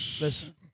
Listen